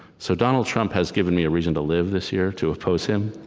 so donald trump has given me a reason to live this year, to oppose him,